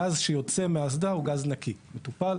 הגז שיוצא מהאסדה הוא גז מטופל,